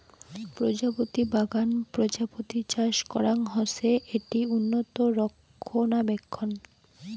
প্রজাপতি বাগান প্রজাপতি চাষ করাং হসে, এটি উন্নত রক্ষণাবেক্ষণ